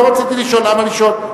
לא רציתי לשאול, למה לשאול?